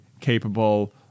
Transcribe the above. capable